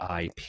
IP